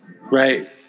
Right